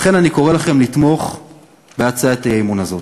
לכן אני קורא לכם לתמוך בהצעת האי-אמון הזאת.